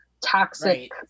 toxic